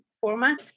format